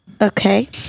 Okay